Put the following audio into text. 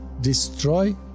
destroy